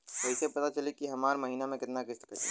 कईसे पता चली की हमार महीना में कितना किस्त कटी?